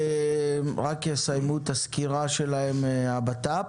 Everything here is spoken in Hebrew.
לאחר שהבט"פ יסיימו את הסקירה שלהם.